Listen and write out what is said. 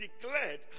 Declared